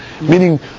Meaning